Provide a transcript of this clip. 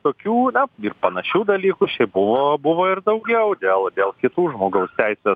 tokių na ir panašių dalykų šiaip buvo buvo ir daugiau dėl dėl kitų žmogaus teisės